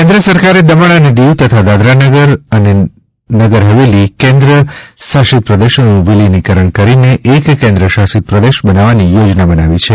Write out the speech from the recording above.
કેન્દ્ર સરકારે દમણ અને દીવ તથા દાદરા અને નગર હવેલી કેન્દ્ર શાસિત પ્રદેશોનું વિલિનીકરણ કરીને એક કેન્દ્ર શાસિત પ્રદેશ બનાવવાની યોજના બનાવી છે